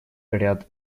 ряд